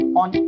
on